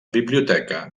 biblioteca